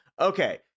Okay